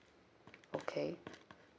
okay